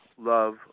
love